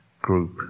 group